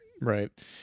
right